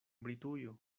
britujo